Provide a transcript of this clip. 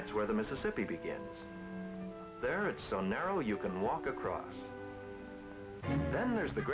that's where the mississippi began there it's so narrow you can walk across the